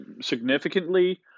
significantly